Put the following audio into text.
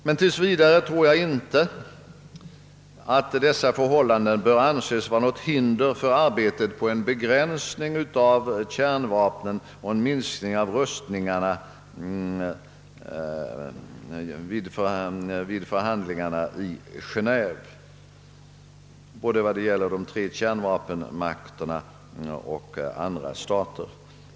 Men tills vidare tror jag inte att dessa förhållanden bör anses vara något hinder för arbetet vid förhandlingarna i Geneve på en begränsning av kärnvapnen och en minskning av rustningarna, både vad det gäller de tre kärnvapenmakterna och andra stater.